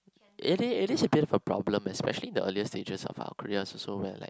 it is it is a little bit of a problem especially in the earlier stages of our careers where like